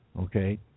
Okay